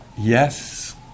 yes